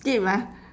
skip ah